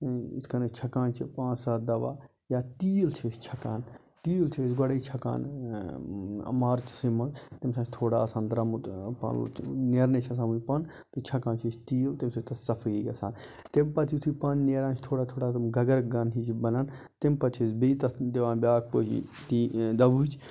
یِتھ کَنۍ أسۍ چھَکان چھِ پانٛژھ ستھ دَوا یا تیٖل چھِ أسۍ چھَکان تیٖل چھِ أسۍ گۄڈَے چھَکان مارچَسے مَنٛز تمہِ ساتہٕ چھ تھوڑا آسان درامُت نیرنَے چھُ آسان وٕنہ پَن چھَکان چھِ أسۍ تیٖل تمہِ سۭتۍ چھِ تتھ صَفٲیی گَژھان تمہِ پَتہٕ یُتھُے پن نیران چھُ تھوڑا تھوڑا تم گَگَر گَن ہِش چھِ بَنان تمہ پَتہٕ چھِ تتھ أسۍ بیٚیہِ دِوان بیاکھ دَوہٕچ